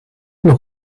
nog